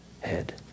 head